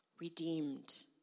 redeemed